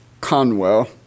Conwell